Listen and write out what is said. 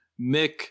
Mick